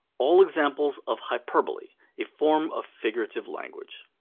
all examples of hyperbole, a form of figurative language.